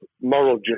moral